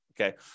okay